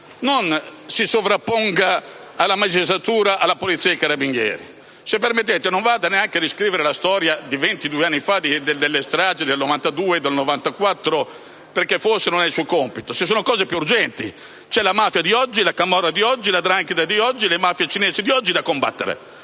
non si sovrapponga alla magistratura, alla polizia e ai carabinieri. Se permettete, non vada neanche riscrivere la storia di ventidue anni fa e delle stragi del 1992 e del 1994, perché forse non è il suo compito. Ci sono cose più urgenti: c'è la mafia di oggi, la camorra di oggi, la 'ndrangheta di oggi e le mafie cinesi di oggi da combattere;